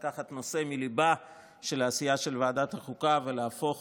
לקחת נושא מהליבה של העשייה של ועדת החוקה ולהפוך